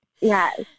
yes